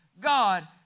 god